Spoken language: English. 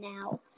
now